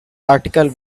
article